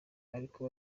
ariko